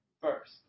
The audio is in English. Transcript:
first